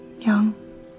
Young